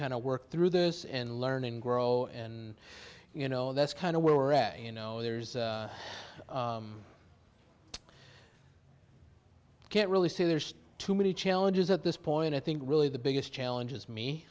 kind of work through this and learning grow and you know that's kind of where we're at you know there's i can't really say there's too many challenges at this point i think really the biggest challenge is me